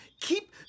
keep